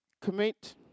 Commit